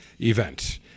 event